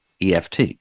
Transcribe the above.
EFT